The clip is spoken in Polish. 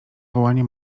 wołanie